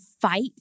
fight